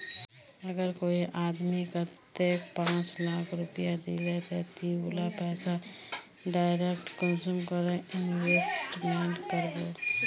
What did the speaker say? अगर कोई आदमी कतेक पाँच लाख रुपया दिले ते ती उला पैसा डायरक कुंसम करे इन्वेस्टमेंट करबो?